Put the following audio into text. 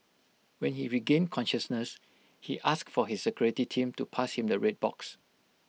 when he regained consciousness he asked for his security team to pass him the red box